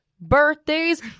birthdays